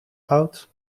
oud